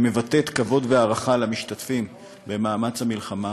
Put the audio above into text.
שמבטאת כבוד והערכה למשתתפים במאמץ המלחמה,